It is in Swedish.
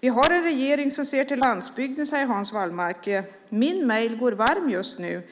Vi har en regering som ser till landsbygden, säger Hans Wallmark. Min mejl går just nu varm.